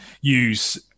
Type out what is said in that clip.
use